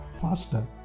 faster